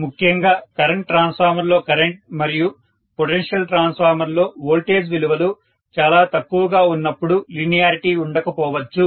ముఖ్యంగా current transformer లో current మరియు పొటెన్షియల్ ట్రాన్స్ఫార్మర్ లో వోల్టేజ్ విలువలు చాలా తక్కువగా ఉన్నపుడు లీనియారిటీ ఉండకపోవచ్చు